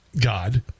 God